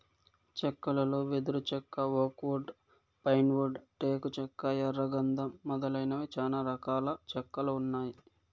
చెక్కలలో వెదురు చెక్క, ఓక్ వుడ్, పైన్ వుడ్, టేకు చెక్క, ఎర్ర గందం మొదలైనవి చానా రకాల చెక్కలు ఉన్నాయి